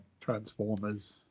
transformers